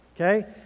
okay